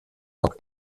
auch